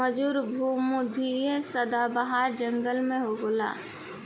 खजूर भू मध्य सदाबाहर जंगल में होला